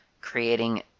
creating